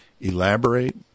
elaborate